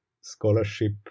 Scholarship